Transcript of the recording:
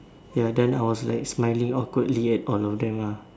ya then I was like smiling awkwardly at all of them lah